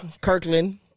Kirkland